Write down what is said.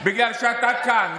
בגלל שכשאתה כאן,